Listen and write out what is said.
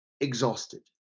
exhausted